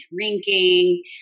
drinking